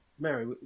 Mary